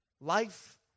Life